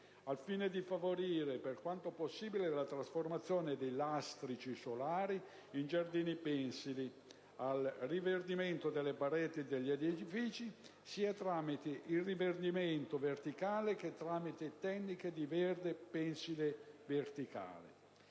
al fine di favorire, per quanto possibile, la trasformazione dei lastrici solari in giardini pensili; al rinverdimento delle pareti degli edifici, sia tramite il rinverdimento verticale che tramite tecniche di verde pensile verticale.